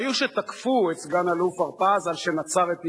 היו שתקפו את סגן-אלוף הרפז על שנצר את נשקו.